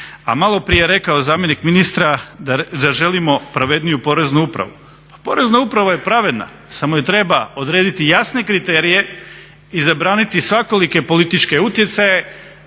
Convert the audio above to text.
a maloprije je rekao zamjenik ministra da želimo pravedniju Poreznu upravu. Pa Porezna uprava je pravedna, samo joj treba odrediti jasne kriterije i zabraniti svakolike političke utjecaje,